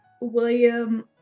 William